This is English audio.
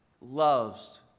loves